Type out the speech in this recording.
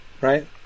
right